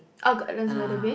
uh Gardens-By-The-Bay